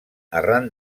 arran